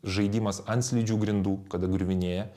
žaidimas ant slidžių grindų kada griuvinėja